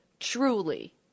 truly